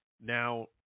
Now